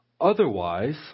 otherwise